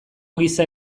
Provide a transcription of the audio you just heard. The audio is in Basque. giza